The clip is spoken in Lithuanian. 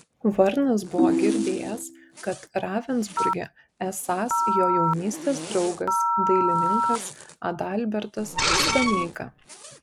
varnas buvo girdėjęs kad ravensburge esąs jo jaunystės draugas dailininkas adalbertas staneika